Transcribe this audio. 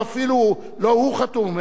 אפילו לא הוא חתום,